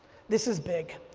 this is big.